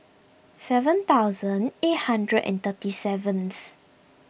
seven thousand eight hundred and thirty seventh